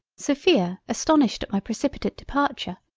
sophia astonished at my precipitate departure,